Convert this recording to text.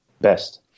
best